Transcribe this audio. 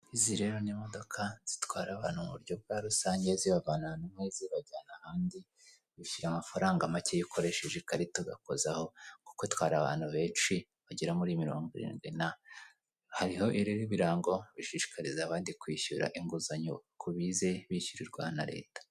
Izi rero ni imodoka zitwara abantu mu buryo bwa rusange zibavana ahantu hamwe zibajyana ahandi, bishyura amafaranga make ukoresheje ikarita ugakozaho kuko itwara abantu benshi bagera muri mirongo irindwi na. Hariho ibirango bishishikariza abandi kwishyura inguzanyo ku bize bishyurirwa na leta